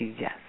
Yes